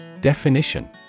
Definition